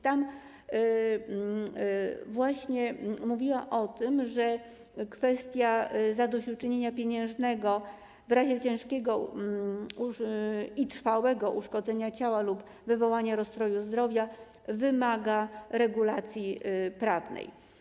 Tam właśnie mówiła o tym, że kwestia zadośćuczynienia pieniężnego w razie ciężkiego i trwałego uszkodzenia ciała lub wywołania rozstroju zdrowia wymaga regulacji prawnej.